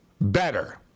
better